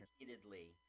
repeatedly